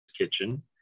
Kitchen